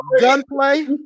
gunplay